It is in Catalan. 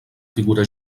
figura